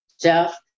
Jeff